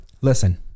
Listen